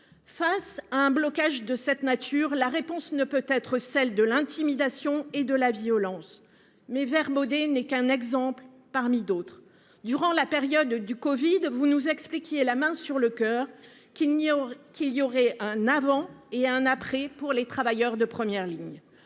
Face à un blocage de cette nature. La réponse ne peut être celle de l'intimidation et de la violence mais vers Baudet n'est qu'un exemple parmi d'autres. Durant la période du Covid. Vous nous expliquiez la main sur le coeur qu'il n'y a qu'il y aurait un avant et un après pour les travailleurs de première ligne,